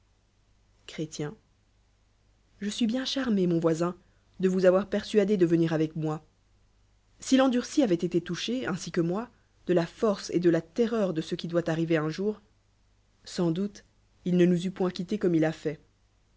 je suis bien charmé mon voisin de vous avoir persuadé d venir avec moi si l'endurci avoit été touché ainsi que moi de la force et de la terreur de ce qui doit arriver un jour sans doute il ne nous eût point quittés comme il a fait